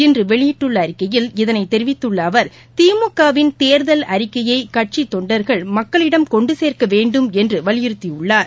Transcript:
இன்றவெளியிட்டுள்ளஅறிக்கையில் இதனைதெரிவித்துள்ளஅவர் திமுகவின் கேர்கல் அறிக்கையைகட்சிதொண்டர்கள் மக்களிடம் கொண்டுசேர்க்கவேண்டும் என்றுவலியுறத்தியுள்ளார்